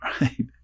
right